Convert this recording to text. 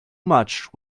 much